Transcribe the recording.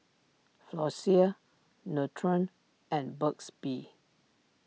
Floxia Nutren and Burt's Bee